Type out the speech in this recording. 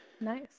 Nice